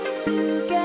Together